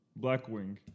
Blackwing